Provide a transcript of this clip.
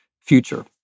future